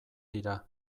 dira